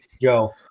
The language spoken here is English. Joe